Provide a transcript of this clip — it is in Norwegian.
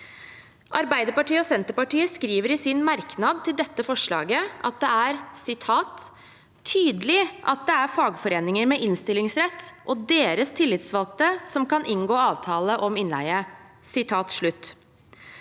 Arbeiderpartiet og Senterpartiet skriver i en merknad til dette forslaget at «det er tydelig at det er fagforeninger med innstillingsrett og deres tillitsvalgte som kan inngå avtale om innleie.»